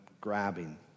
grabbing